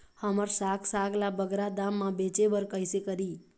हमर साग साग ला बगरा दाम मा बेचे बर कइसे करी?